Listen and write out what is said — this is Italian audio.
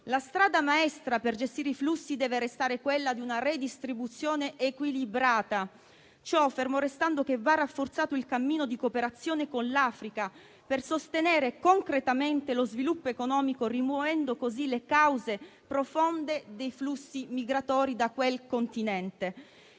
La strada maestra per gestire i flussi deve restare quella di una redistribuzione equilibrata. Ciò fermo restando che va rafforzato il cammino di cooperazione con l'Africa per sostenere concretamente lo sviluppo economico, rimuovendo così le cause profonde dei flussi migratori da quel continente.